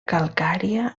calcària